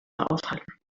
aushalten